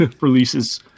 releases